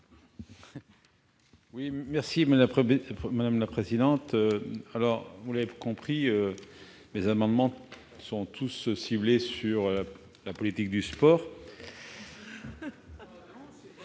M. Michel Savin. Vous l'avez compris, mes amendements sont tous ciblés sur la politique du sport.